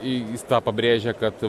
jis tą pabrėžia kad